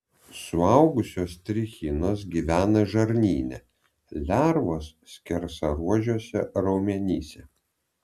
suaugusios trichinos gyvena žarnyne lervos skersaruožiuose raumenyse